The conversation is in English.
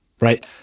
right